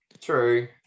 True